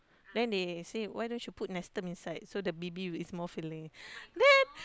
then they say why don't you put Nestum inside so the baby is more filling